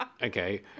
Okay